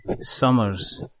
Summers